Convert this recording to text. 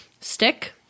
stick